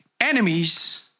Enemies